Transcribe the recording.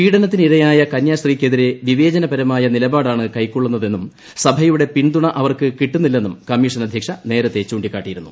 പീഡനത്തിന് ഇരയായ കന്യാസ്ത്രീയ്ക്കെതിരെ വിവേചനപരമായ നിലപാടാണ് കൈക്കൊള്ളുന്നതെന്നും സഭയുടെ പിന്തുണ അവർക്ക് കിട്ടുന്നില്ലെന്നും കമ്മീഷൻ അധ്യക്ഷ നേരത്തെ ചൂണ്ടിക്കാട്ടിയിരുന്നു